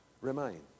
remain